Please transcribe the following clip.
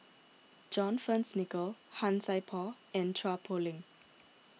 John Fearns Nicoll Han Sai Por and Chua Poh Leng